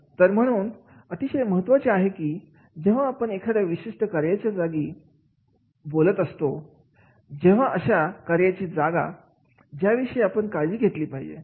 तर म्हणून अतिशय महत्वाचे होते की जेव्हा आपण एखाद्या विशिष्ट कार्याच्या जागी विषयी बोलत असतो तेव्हा अशा कार्याची जागा ज्याविषयी आपण काळजी घेतली पाहिजे